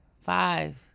Five